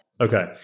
Okay